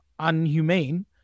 unhumane